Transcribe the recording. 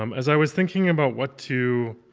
um as i was thinking about what to,